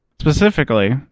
Specifically